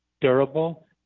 durable